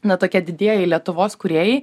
na tokie didieji lietuvos kūrėjai